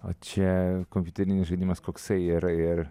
o čia kompiuterinis žaidimas koksai ir ir